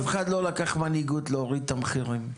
אף אחד לא לקח מנהיגות להוריד את המחירים.